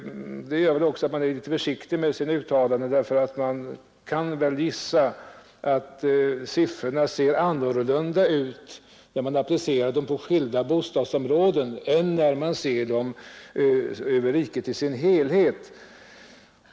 Det gör väl också att man är litet försiktig med sina uttalanden; man kan gissa att siffrorna ser annorlunda ut när man applicerar dem på skilda bostadsområden än när man ser dem över riket i dess helhet.